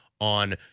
on